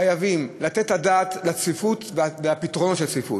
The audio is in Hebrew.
חייבים לתת את הדעת על הצפיפות ועל הפתרון של הצפיפות.